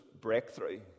breakthrough